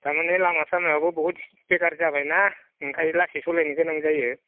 थारमाने लामा सामायाबो बुहुद बेखार जाबायना ओंखायनो लासै सालायनो गोनां जायो